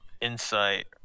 insight